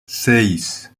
seis